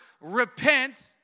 repent